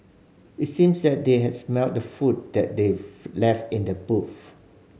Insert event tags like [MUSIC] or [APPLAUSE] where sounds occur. it seemed that they had smelt the food that they [UNINTELLIGIBLE] left in the boot [UNINTELLIGIBLE]